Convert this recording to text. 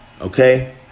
Okay